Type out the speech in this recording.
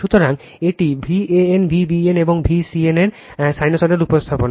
সুতরাং এটি Van Vbn এবং Vcn এর সাইনোসয়েডাল উপস্থাপনা